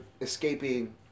escaping